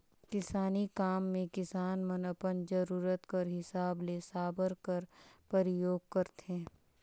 किसानी काम मे किसान मन अपन जरूरत कर हिसाब ले साबर कर परियोग करथे